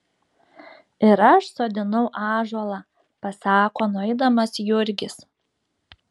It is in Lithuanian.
ir aš sodinau ąžuolą pasako nueidamas jurgis